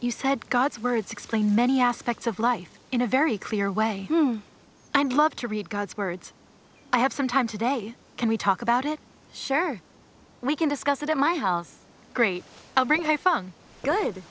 you said god's words explain many aspects of life in a very clear way and love to read god's words i have some time today can we talk about it sure we can discuss it at my house great bring my funk good